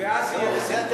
ואז זה יהיה בסדר.